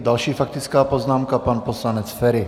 Další faktická poznámka, pan poslanec Feri.